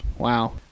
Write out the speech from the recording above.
Wow